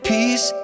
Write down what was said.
Peace